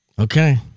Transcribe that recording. Okay